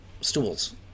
stools